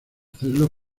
hacerle